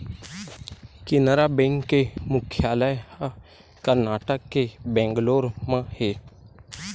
Canara bank के मुख्यालय ह करनाटक के बेंगलोर म हे